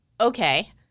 Okay